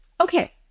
Okay